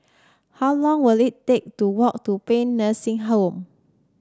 how long will it take to walk to Paean Nursing Home